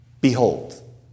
behold